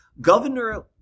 governor